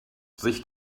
sich